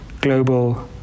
global